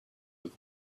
with